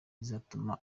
izatuma